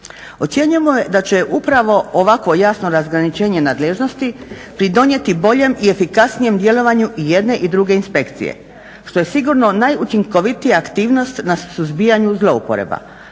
je da će upravo ovakvo jasno razgraničenje nadležnosti pridonijeti boljem i efikasnijem djelovanju i jedne i druge inspekcije što je sigurno najučinkovitija aktivnost na suzbijanju zloupotreba